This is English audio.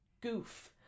goof